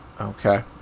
Okay